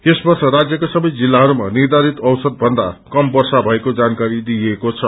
यस वर्ष राज्यका सबै जिलाहरूमा निर्धारित औसतभन्दा कम वर्षा भएको जानकारी दिइएको छ